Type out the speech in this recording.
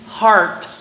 heart